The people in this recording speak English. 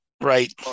right